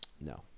No